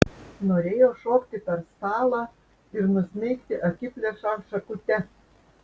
norėjo šokti per stalą ir nusmeigti akiplėšą šakute